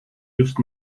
just